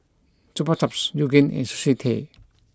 Chupa Chups Yoogane and Sushi Tei